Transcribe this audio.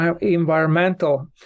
environmental